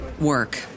Work